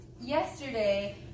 yesterday